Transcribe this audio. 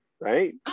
right